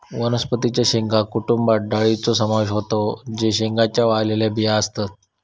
वनस्पतीं च्या शेंगा कुटुंबात डाळींचो समावेश होता जे शेंगांच्या वाळलेल्या बिया असतत